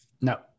No